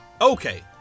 Okay